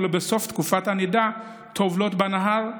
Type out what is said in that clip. ובסוף תקופת הנידה היו טובלות בנהר,